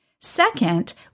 Second